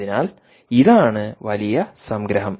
അതിനാൽ ഇതാണ് വലിയ സംഗ്രഹം